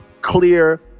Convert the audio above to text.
clear